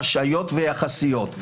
חשאיות ויחסיות.